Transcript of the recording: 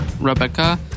Rebecca